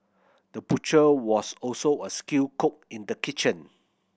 the butcher was also a skilled cook in the kitchen